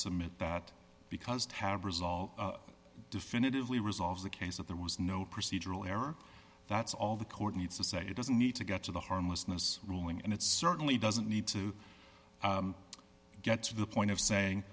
submit that because tab resolve definitively resolves the case that there was no procedural error that's all the court needs to say it doesn't need to get to the harmlessness ruling and it certainly doesn't need to get to the point of saying